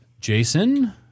Jason